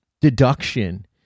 deduction